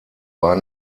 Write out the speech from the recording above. war